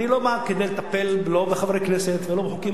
אני לא בא כדי לטפל, לא בחברי כנסת ולא בחוקים.